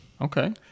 Okay